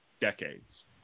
decades